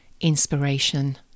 inspiration